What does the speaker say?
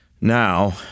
Now